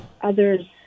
others